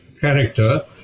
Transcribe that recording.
character